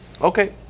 Okay